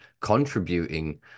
contributing